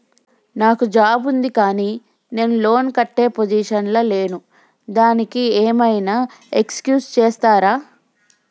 నాకు జాబ్ ఉంది కానీ నేను లోన్ కట్టే పొజిషన్ లా లేను దానికి ఏం ఐనా ఎక్స్క్యూజ్ చేస్తరా?